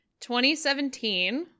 2017